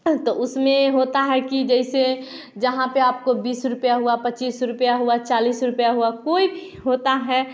तो उसमें होता है कि जैसे जहाँ पे आपको बीस रुपये हुआ पच्चीस रुपये हुआ चालीस रुपये हुआ कोई भी होता है